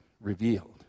revealed